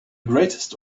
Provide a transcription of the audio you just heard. greatest